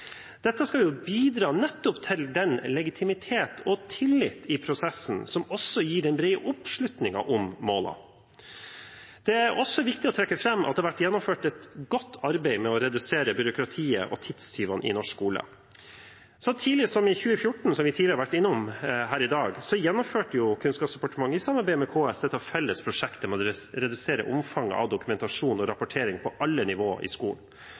Dette skal bidra nettopp til den legitimitet og tillit i prosessen som også gir den brede oppslutningen om målene. Det er også viktig å trekke fram at det har vært gjennomført et godt arbeid med å redusere byråkratiet og tidstyvene i norsk skole. Så tidlig som i 2014 – som vi har vært innom tidligere her i dag – gjennomførte Kunnskapsdepartementet, i samarbeid med KS, det felles prosjektet om å redusere omfanget av dokumentasjon og rapportering på alle nivåer i skolen.